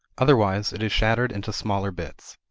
otherwise, it is shattered into smaller bits.